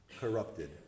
corrupted